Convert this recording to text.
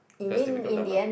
because they become dumb lah